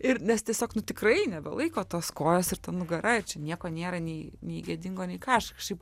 ir nes tiesiog nu tikrai nebelaiko tos kojos ir ta nugara ir čia nieko nėra nei nei gėdingo nei ką aš kažkaip